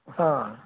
ਹਾਂ